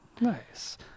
Nice